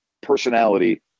personality